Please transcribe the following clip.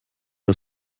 wir